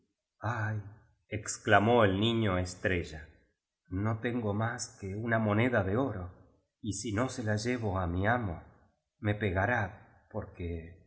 ay exclamó el niño estrella no tengo más que una moneda de oro y si no se la llevo á mi amo me pegará por